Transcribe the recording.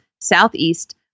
southeast